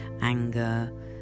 anger